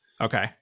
okay